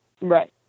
Right